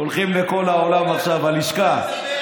שולחים לכל העולם עכשיו, הלשכה.